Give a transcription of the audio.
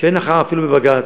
ואין הכרעה אפילו בבג"ץ,